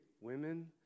women